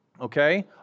okay